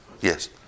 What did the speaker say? Yes